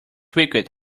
wicked